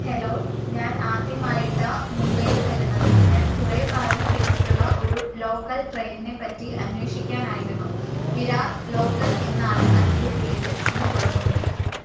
hello ഞാനാദ്യമായിട്ടാണ് മുമ്പൈയിൽ വരുന്നത് ഞാൻ കുറെ പറഞ്ഞു കേട്ടിട്ടുള്ള ഒരു ലോക്കൽ ട്രെയിൻനേപ്പറ്റി അന്വേഷിക്കാനായിരുന്നു വിരാർ ലോക്കൽ എന്നാണ് അതിന്റെ പേര് എന്ന് തോന്നുന്നു